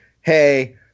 hey